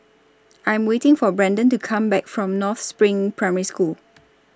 I Am waiting For Brandan to Come Back from North SPRING Primary School